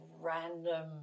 random